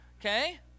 okay